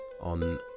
on